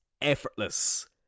effortless